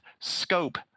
scope